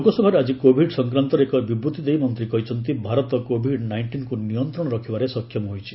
ଲୋକସଭାରେ ଆଜି କୋଭିଡ ସଂକ୍ରାନ୍ତରେ ଏକ ବିବୃତ୍ତି ଦେଇ ମନ୍ତ୍ରୀ କହିଛନ୍ତି ଭାରତ କୋଭିଡ ନାଇଷ୍ଟିନ୍କୁ ନିୟନ୍ତ୍ରଣ ରଖିବାରେ ସକ୍ଷମ ହୋଇଛି